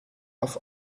auf